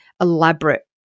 elaborate